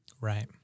Right